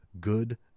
good